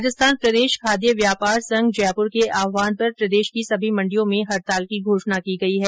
राजस्थान प्रदेश खाद्य व्यापार संघ जयपुर के आहवान पर प्रदेश की सभी मंडियों में हड़ताल की घोषणा की गई है